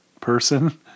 person